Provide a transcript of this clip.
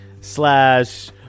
slash